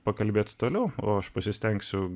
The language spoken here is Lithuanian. pakalbėti toliau o aš pasistengsiu